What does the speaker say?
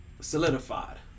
solidified